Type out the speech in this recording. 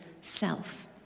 self